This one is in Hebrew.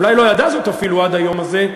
אולי היא לא ידעה זאת עד היום הזה,